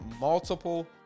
multiple